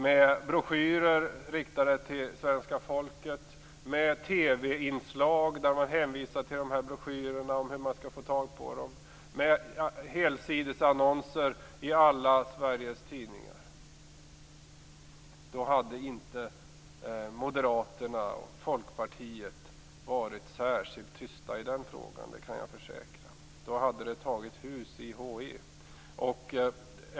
Det skulle vara broschyrer riktade till svenska folket, med TV-inslag som hänvisar till hur man får tag på broschyrerna, med helsidesannonser i alla Sveriges tidningar. Då hade inte Moderaterna och Folkpartiet varit särskilt tysta. Det kan jag försäkra. Då hade det tagit hus i "h-e".